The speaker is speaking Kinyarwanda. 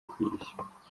kuyishyura